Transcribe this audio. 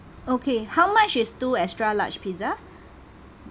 okay how much is two extra large pizza